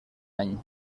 any